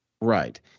Right